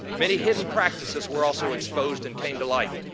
many hidden practices were also exposed and came to light.